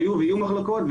היו ויהיו מחלוקות.